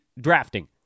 drafting